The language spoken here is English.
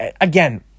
again